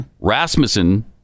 Rasmussen